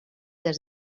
dels